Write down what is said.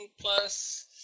plus